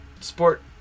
sport